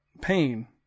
pain